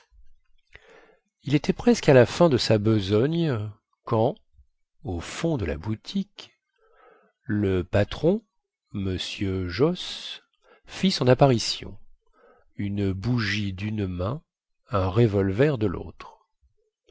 il était presque à la fin de sa besogne quand au fond de la boutique le patron m josse fit son apparition une bougie dune main un revolver de lautre